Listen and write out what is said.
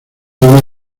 una